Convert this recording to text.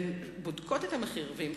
הן בודקות את המחיר שוב ושוב,